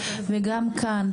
וגם כאן,